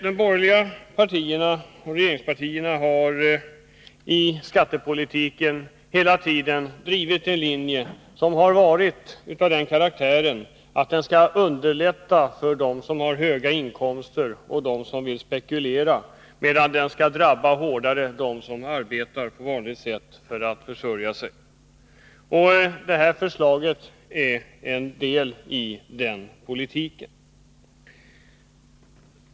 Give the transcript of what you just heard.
De borgerliga regeringspartierna har i skattepolitiken hela tiden drivit en linje som har varit av den karaktären att skattesystemet skall underlätta för dem som har höga inkomster och som vill spekulera, medan de som arbetar på vanligt sätt för att försörja sig skall drabbas hårdare. Det här förslaget är en del i den politiken.